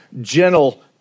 gentle